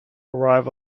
arrive